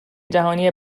جهانی